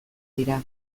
dira